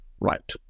Right